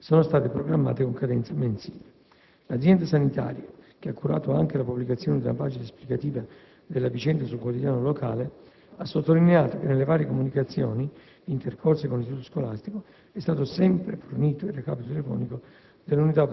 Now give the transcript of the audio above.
sono state programmate con cadenza mensile. L'azienda sanitaria, che ha curato anche la pubblicazione di una pagina esplicativa della vicenda su un quotidiano locale, ha sottolineato che nelle varie comunicazioni intercorse con l'istituto scolastico è stato sempre fornito il recapito telefonico